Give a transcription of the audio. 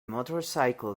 motorcycle